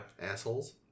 assholes